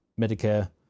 medicare